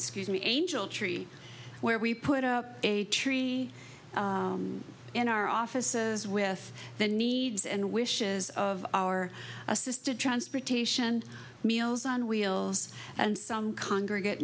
excuse me angel tree where we put up a tree in our offices with the needs and wishes of our assisted transportation meals on wheels and congregate